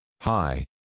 Hi